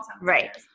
Right